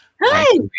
Hi